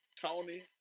Tony